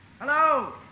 Hello